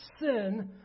sin